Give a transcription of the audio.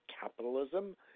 capitalism